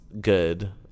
good